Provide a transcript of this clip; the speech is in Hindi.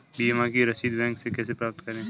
बीमा की रसीद बैंक से कैसे प्राप्त करें?